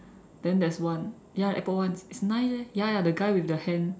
then there's one ya airport one it's nice eh ya the guy with the hand